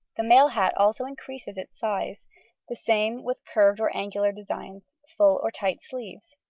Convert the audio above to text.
the male hat also increases its size the same with curved or angular designs, full or tight sleeves.